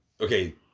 okay